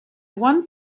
one